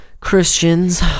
Christians